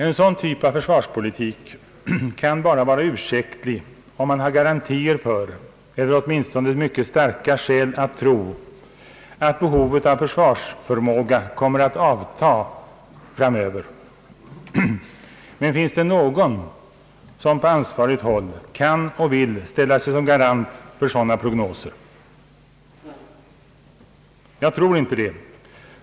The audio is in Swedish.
En sådan typ av försvarspolitik kan bara vara ursäktlig om man har garantier för eller åtminstone mycket starka skäl att tro att behovet av försvarsförmåga kommer att avta framöver. Men finns det någon på ansvarigt håll som kan och vill ställa sig som garant för sådana prognoser? Jag tror inte det.